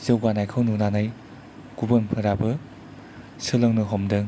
जौगानायखौ नुनानै गुबुनफोराबो सोलोंनो हमदों